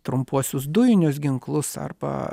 trumpuosius dujinius ginklus arba